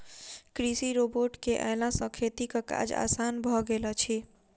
कृषि रोबोट के अयला सॅ खेतीक काज आसान भ गेल अछि